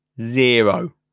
Zero